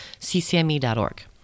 ccme.org